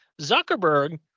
Zuckerberg